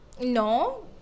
no